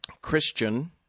Christian